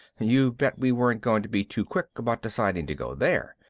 you bet we weren't going to be too quick about deciding to go there.